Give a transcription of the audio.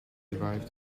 derive